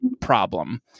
problem